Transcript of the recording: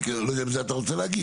לא יודע אם זה מה שאתה רוצה להגיד.